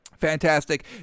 Fantastic